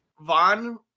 Vaughn